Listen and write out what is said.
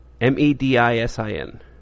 M-E-D-I-S-I-N